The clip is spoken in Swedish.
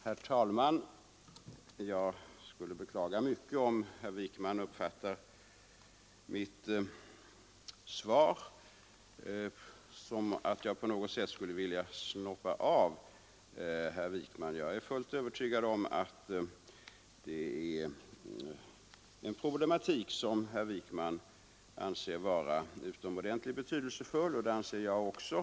Herr talman! Jag skulle beklaga mycket om herr Wijkman uppfattade mitt svar som att jag på något sätt skulle vilja shoppa av honom. Jag är fullt övertygad om att herr Wijkman anser problematiken vara utomordentligt betydelsefull, och det anser jag också.